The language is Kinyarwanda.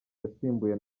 yasimbuye